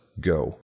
go